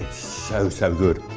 so so good